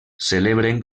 celebren